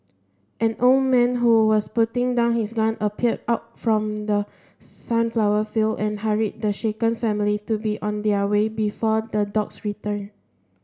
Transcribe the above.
an old man who was putting down his gun appeared out from the sunflower fields and hurried the shaken family to be on their way before the dogs return